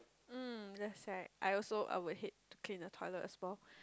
mm that's right I also I would hate to clean the toilet as well